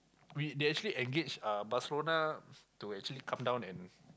we they actually engage uh Barcelona to actually come down and